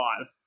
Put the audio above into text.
five